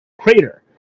crater